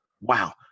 wow